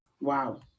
Wow